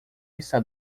está